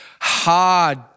hard